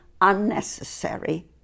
unnecessary